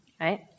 right